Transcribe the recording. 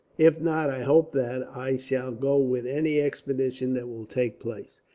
if not, i hope that i shall go with any expedition that will take place.